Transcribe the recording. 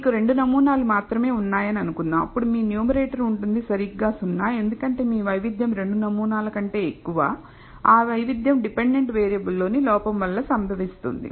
మీకు రెండు నమూనాలు మాత్రమే ఉన్నాయని అనుకుందాం అప్పుడు మీ న్యూమరేటర్ ఉంటుంది సరిగ్గా 0 ఎందుకంటే మీ వైవిధ్యం రెండు నమూనాల కంటే ఎక్కువ ఆ వైవిధ్యం డిపెండెంట్ వేరియబుల్ లోని లోపం వల్ల సంభవిస్తుంది